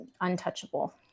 untouchable